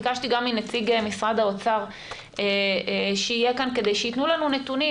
ביקשתי גם מנציג משרד האוצר שיהיה כאן כדי שיתנו לנו נתונים